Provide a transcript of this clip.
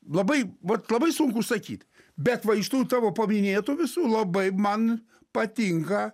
labai vat labai sunku sakyt bet va iš tų tavo paminėtų visų labai man patinka